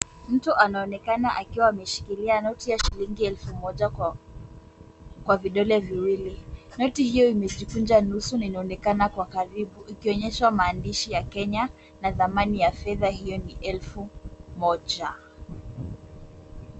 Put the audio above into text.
Mtu anaonekana akiwa ameshikilia noti ya shilingi elfu moja kwa vidole viwili. Noti hiyo imejikunja nusu na inaonekana kwa karibu. Ikionyesha maandishi ya Kenya na thamani ya fedha hiyo ni elfu moja.